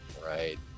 Right